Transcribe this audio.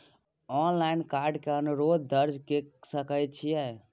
Online card के अनुरोध दर्ज के सकै छियै?